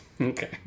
Okay